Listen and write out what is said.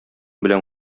белән